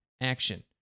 action